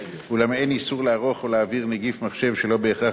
אולם אין איסור לערוך או להעביר נגיף מחשב שלא בהכרח